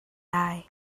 lai